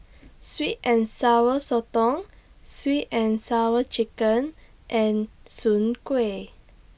Sweet and Sour Sotong Sweet and Sour Chicken and Soon Kuih